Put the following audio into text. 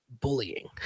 bullying